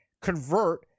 convert